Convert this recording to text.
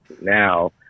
now